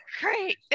Great